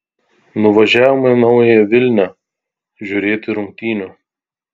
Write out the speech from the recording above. nuvažiavome į naująją vilnią žiūrėti rungtynių